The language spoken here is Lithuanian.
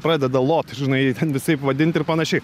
pradeda lot žinai ten visaip vadint ir panašiai